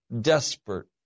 desperate